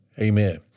Amen